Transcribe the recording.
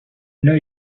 know